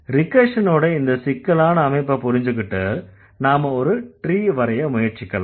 ரிகர்ஷனோட இந்த சிக்கலான அமைப்பைப் புரிஞ்சிக்கிட்டு நாம ஒரு ட்ரீ வரைய முயற்சிக்கலாம்